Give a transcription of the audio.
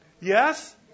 Yes